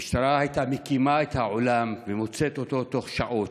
המשטרה הייתה מקימה את העולם ומוצאת אותו תוך שעות.